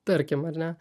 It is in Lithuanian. tarkim ar ne